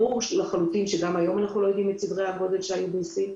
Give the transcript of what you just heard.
ברור לחלוטין שגם היום אנחנו לא יודעים את סדרי הגודל שהיו בסין,